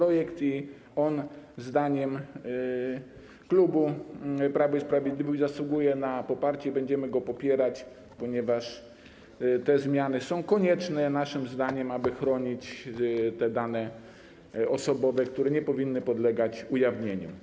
On zdaniem klubu Prawo i Sprawiedliwość zasługuje na poparcie i będziemy go popierać, ponieważ te zmiany są naszym zdaniem konieczne, aby chronić te dane osobowe, które nie powinny podlegać ujawnieniu.